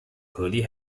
curly